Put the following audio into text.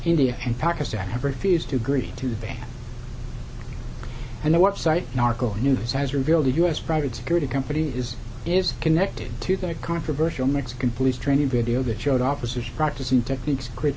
india and pakistan have refused to agree to that and what site narco news has revealed to us private security companies is connected to that controversial mexican police training video that showed officers practicing techniques